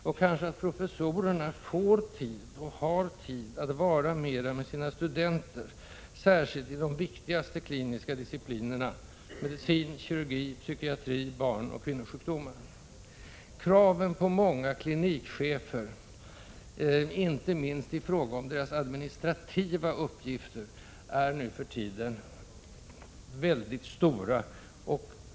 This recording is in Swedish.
Det är också viktigt att professorerna får och har tid att vara mera med sina studenter, särskilt i de viktigaste kliniska disciplinerna, medicin, kirurgi, psykiatri samt barnoch kvinnosjukdomar. Kraven på många klinikchefer, inte minst i fråga om deras administrativa uppgifter, är nu för tiden mycket stora.